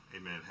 Amen